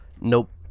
Nope